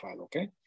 okay